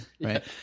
right